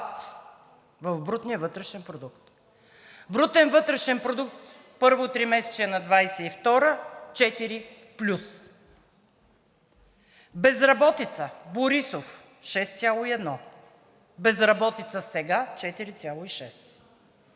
в брутния вътрешен продукт. Брутен вътрешен продукт първото тримесечие на 2022 г. – 4 плюс. Безработица – Борисов – 6,1, безработица сега – 4,6.